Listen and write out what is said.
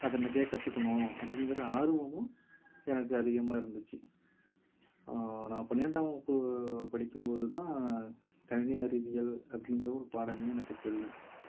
அதை நிறைய கற்றுக்குணும் அப்படிங்குற ஆர்வமும் எனக்கு அதிகமாக இருந்துச்சு நான் பன்னிரெண்டாம் வகுப்பு படிக்கும் போது தான் கணினி அறிவியல் அப்பிடிக்கிற ஒரு பாடமே எனக்கு தெரியும்